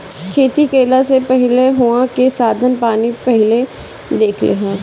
खेती कईला से पहिले उहाँ के साधन पानी पहिले देख लिहअ